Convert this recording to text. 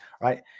right